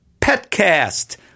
Petcast